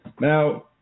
Now